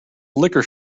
liquor